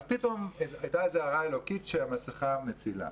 פתאום הייתה הארה אלוקית שהמסכה מצילה.